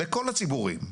לכל הציבורים.